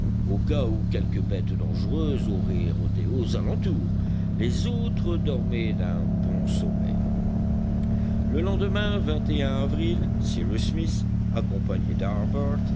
au cas où quelque bête dangereuse aurait rôdé aux alentours les autres dormaient d'un bon sommeil le lendemain avril cyrus smith accompagné